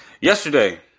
Yesterday